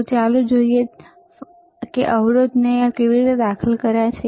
તો ચાલો જોઈએ ચાલો ફરી જોઈએ કે તેણે અવરોધને કેવી રીતે દાખલ કર્યા છે